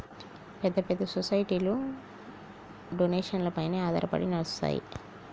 పెద్ద పెద్ద సొసైటీలు డొనేషన్లపైన ఆధారపడి నడుస్తాయి